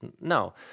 No